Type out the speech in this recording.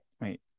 Wait